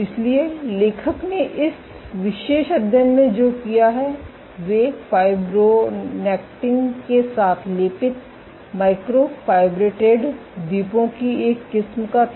इसलिए लेखक ने इस विशेष अध्ययन में जो किया है वे फ़ाइब्रोनेक्टिन के साथ लेपित माइक्रोफ़ाइब्रेटेड द्वीपों की एक किस्म का था